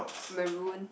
maroon